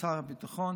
וששר הביטחון